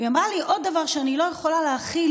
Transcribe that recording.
והיא אמרה לי: עוד דבר שאני לא יכולה להכיל,